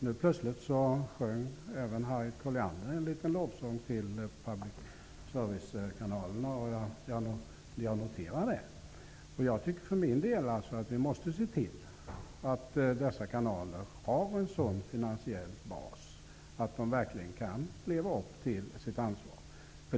Nu sjöng plötsligt även Harriet Colliander en liten lovsång till public service-kanalerna, noterade jag. Jag tycker att vi måste se till att dessa kanaler har en sådan finansiell bas att de verkligen kan leva upp till sitt ansvar.